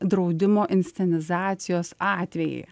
draudimo inscenizacijos atvejį